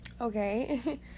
okay